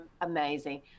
amazing